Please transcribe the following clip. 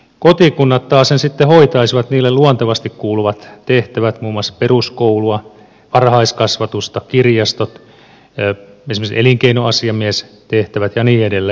kotikunnat taasen sitten hoitaisivat niille luontevasti kuuluvat tehtävät muun muassa peruskoulun varhaiskasvatuksen kirjastot esimerkiksi elinkeinoasiamiestehtävät ja niin edelleen